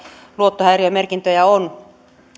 luottohäiriömerkintöjä on